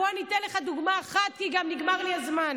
בוא אני אתן לך דוגמה אחת, כי גם נגמר לי הזמן.